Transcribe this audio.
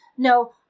No